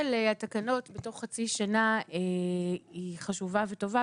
התקנות בתוך חצי שנה היא חשובה וטובה,